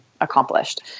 accomplished